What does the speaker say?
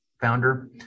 founder